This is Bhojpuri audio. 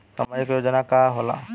सामाजिक योजना का होला?